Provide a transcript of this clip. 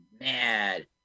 mad